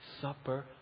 supper